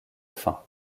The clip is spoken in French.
fins